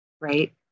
right